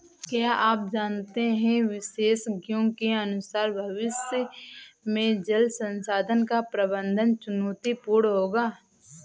क्या आप जानते है विशेषज्ञों के अनुसार भविष्य में जल संसाधन का प्रबंधन चुनौतीपूर्ण होगा